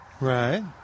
Right